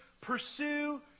pursue